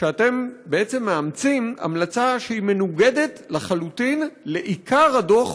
שאתם בעצם מאמצים המלצה שהיא מנוגדת לחלוטין לעיקר הדוח